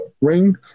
Ring